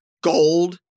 gold